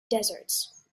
deserts